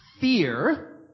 fear